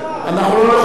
למה אנחנו כולם לחוצים?